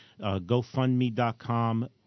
GoFundMe.com